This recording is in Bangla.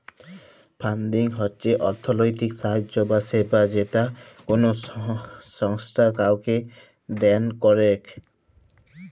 ফান্ডিং হচ্ছ অর্থলৈতিক সাহায্য বা সেবা যেটা কোলো সংস্থা কাওকে দেন করেক